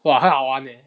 哇很好玩 leh